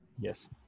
Yes